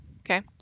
Okay